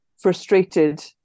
frustrated